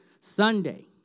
Sunday